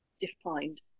defined